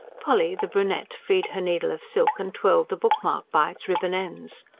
polly, the brunette, freed her needle of silk and twirled the bookmark by its ribbon ends.